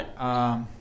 right